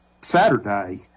Saturday